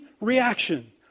reaction